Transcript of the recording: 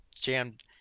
jammed